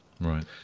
Right